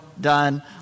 done